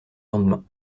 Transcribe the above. lendemain